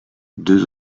deux